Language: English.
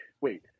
wait